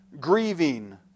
Grieving